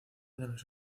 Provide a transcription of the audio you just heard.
los